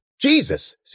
Jesus